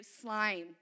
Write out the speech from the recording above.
Slime